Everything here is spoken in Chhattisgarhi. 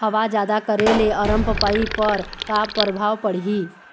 हवा जादा करे ले अरमपपई पर का परभाव पड़िही?